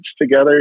together